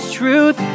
truth